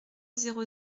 zéro